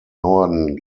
norden